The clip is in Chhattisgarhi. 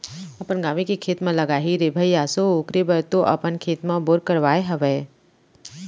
अपन गाँवे के खेत म लगाही रे भई आसो ओखरे बर तो अपन खेत म बोर करवाय हवय